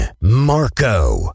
Marco